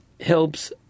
helps